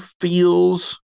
feels